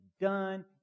done